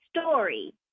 story